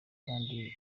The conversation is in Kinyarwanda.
kandi